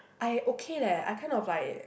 I okay leh I kind of like